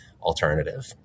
alternative